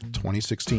2016